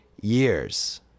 years